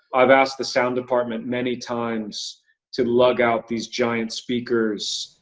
i've asked the sound department many times to lug out these giant speakers,